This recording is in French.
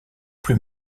plus